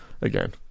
again